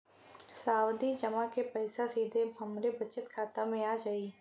सावधि जमा क पैसा सीधे हमरे बचत खाता मे आ जाई?